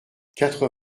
quatre